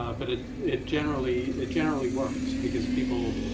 ah but it it generally it generally works because people